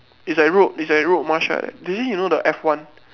is like road is like road march ah did he know the F one